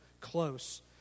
close